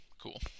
Cool